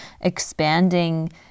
expanding